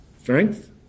Strength